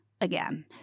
again